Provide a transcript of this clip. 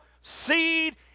seed